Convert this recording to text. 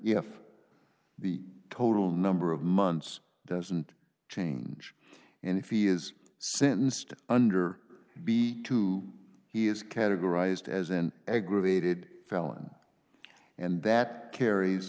if the total number of months doesn't change and if he is sentenced under the two he is categorized as an aggravated felon and that carries